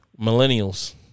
millennials